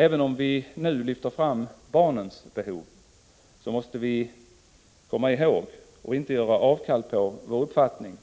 Även om vi nu lyfter fram barnens behov, måste vi komma ihåg att inte göra avkall på vår uppfattning